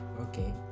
Okay